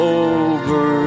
over